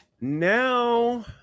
now